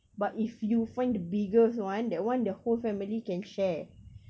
but if you find the biggest one that one the whole family can share